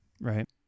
Right